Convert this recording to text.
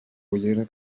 ullera